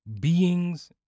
beings